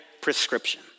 prescription